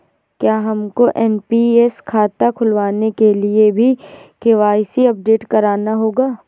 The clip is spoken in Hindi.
क्या हमको एन.पी.एस खाता खुलवाने के लिए भी के.वाई.सी अपडेट कराना होगा?